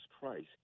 Christ